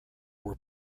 were